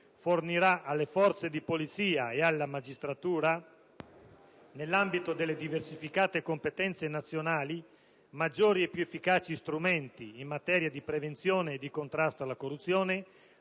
fornirà alle forze di polizia e alla magistratura, nell'ambito delle diversificate competenze nazionali, maggiori e più efficaci strumenti in materia di prevenzione e di contrasto alla corruzione,